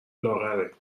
لاغره